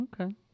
okay